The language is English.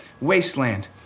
wasteland